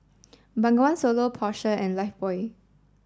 Bengawan Solo Porsche and Lifebuoy